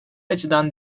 açıdan